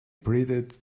pleaded